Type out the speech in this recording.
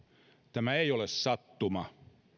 tämä ei ole sattuma